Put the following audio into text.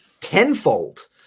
tenfold